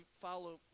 follow